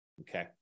okay